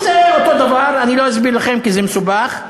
זה אותו דבר, אני לא אסביר לכם, כי זה מסובך,